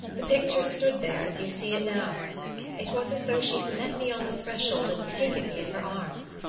the picture stood there as you see it now it was as though she'd met me on the threshold and taken me in her arms!